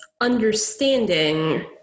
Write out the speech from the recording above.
understanding